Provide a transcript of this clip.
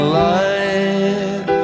light